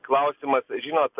klausimas žinot